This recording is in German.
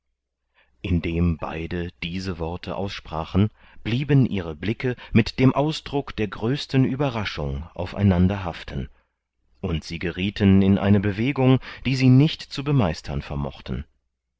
indem beide diese worte aussprachen blieben ihre blicke mit dem ausdruck der größten ueberraschung aufeinander haften und sie geriethen in eine bewegung die sie nicht zu bemeistern vermochten